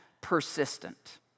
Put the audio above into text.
persistent